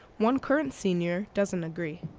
one current senior doesn't agree.